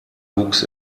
wuchs